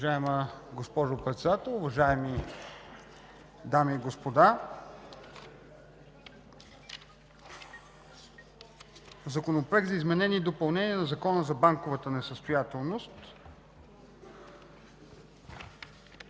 Уважаема госпожо Председател, уважаеми дами и господа, Законопроект за изменение и допълнение на Закона за банковата несъстоятелност